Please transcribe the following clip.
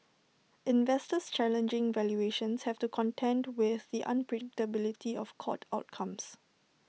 investors challenging valuations have to contend with the unpredictability of court outcomes